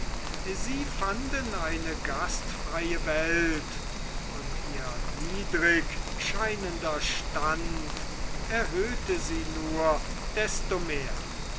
sie fanden eine gastfreie welt und ihr niedrig scheinender stand erhöhte sie nur desto mehr